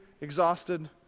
exhausted